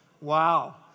Wow